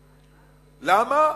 למה?